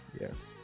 yes